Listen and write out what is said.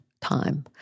time